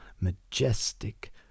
majestic